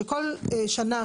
שכל שנה,